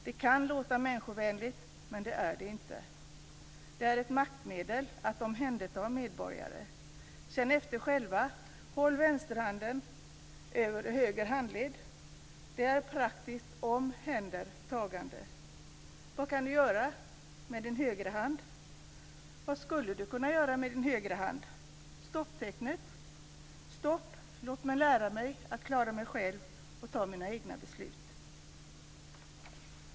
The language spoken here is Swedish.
Det kan låta människovänligt, men det är det inte. Det är ett maktmedel att "omhänderta" medborgare. Känn efter själva! Håll vänsterhanden över höger handled! Det är ett praktiskt omhändertagande. Vad kan ni göra med er högerhand? Vad skulle ni kunna göra med er högerhand? Stopptecknet! Ni kan säga: Stopp! Låt mig lära mig att klara mig själv och fatta mina egna beslut.